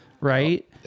right